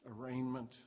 arraignment